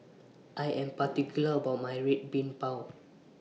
I Am particular about My Red Bean Bao